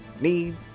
need